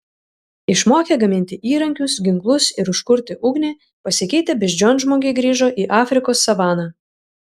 išmokę gaminti įrankius ginklus ir užkurti ugnį pasikeitę beždžionžmogiai grįžo į afrikos savaną